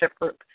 group